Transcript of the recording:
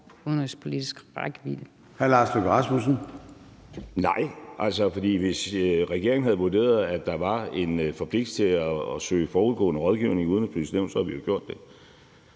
Rasmussen (M): Nej, for hvis regeringen havde vurderet, at der var en forpligtelse til at søge forudgående rådgivning i Det Udenrigspolitiske Nævn, havde vi jo gjort det.